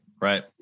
right